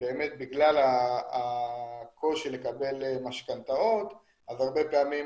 שבגלל הקושי לקבל משכנתאות אז הרבה פעמים